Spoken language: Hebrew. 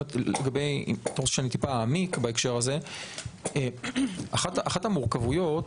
אתה רוצה אעמיק מעט בהקשר הזה, אחת המורכבויות